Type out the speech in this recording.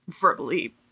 verbally